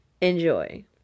enjoy